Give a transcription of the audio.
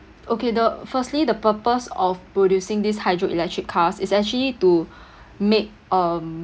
okay the firstly the purpose of producing these hydroelectric cars is actually to make um